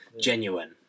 genuine